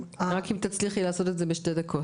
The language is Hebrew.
רק אם תצליחי לעשות את זה בשתי דקות.